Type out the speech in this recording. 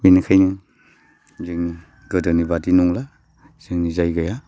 बिनिखायनो जोंनि गोदोनि बादि नंला जोंनि जायगाया